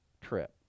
trip